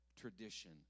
tradition